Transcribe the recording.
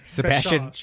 Sebastian